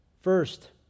First